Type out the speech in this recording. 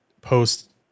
post